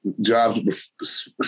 jobs